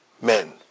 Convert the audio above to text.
men